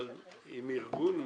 אבל עם ארגון מדהים.